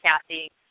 Kathy